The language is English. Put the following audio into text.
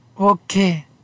okay